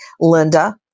Linda